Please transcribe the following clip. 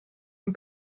ein